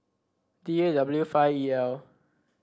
D A W five E L